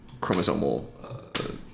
chromosomal